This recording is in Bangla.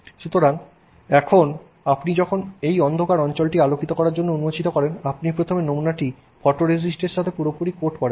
সুতরাং এখন আপনি যখন এই অন্ধকার অঞ্চলটি আলোকিত করার জন্য উন্মোচিত করেন আপনি প্রথমে নমুনাটি ফটোরেজিস্ট এর সাথে পুরোপুরি কোট করেন